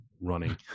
Running